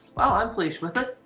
well i'm pleased with it.